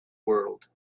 world